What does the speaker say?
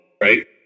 right